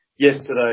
Yesterday